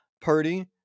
Purdy